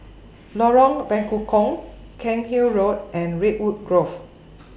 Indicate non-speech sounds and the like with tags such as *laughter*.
*noise* Lorong Bekukong Cairnhill Road and Redwood Grove *noise*